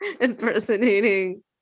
impersonating